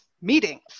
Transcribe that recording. meetings